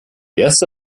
erste